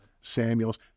Samuels